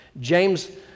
James